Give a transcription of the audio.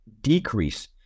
decrease